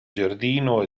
giardino